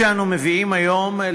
אנחנו עוברים להצעת חוק מס ערך מוסף (תיקון מס' 45),